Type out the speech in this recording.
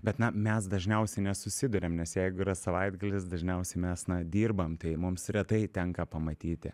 bet na mes dažniausiai nesusiduriam nes jeigu yra savaitgalis dažniausiai mes na dirbam tai mums retai tenka pamatyti